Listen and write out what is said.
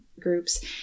groups